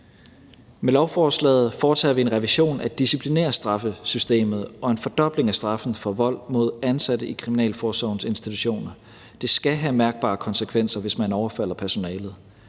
Med lovforslaget foretager vi en revision af disciplinærstraffesystemet og en fordobling af straffen for vold mod ansatte i kriminalforsorgens institutioner. Det skal have mærkbare konsekvenser, hvis man overfalder personalet.